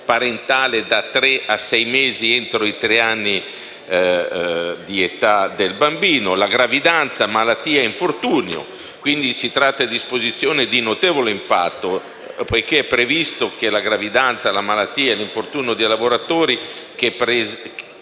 parentale da tre a sei mesi entro i tre anni di vita del bambino. Per quanto concerne gravidanza, malattia e infortunio si introducono disposizioni di notevole impatto, poiché è previsto che la gravidanza, la malattia e l’infortunio dei lavoratori che prestano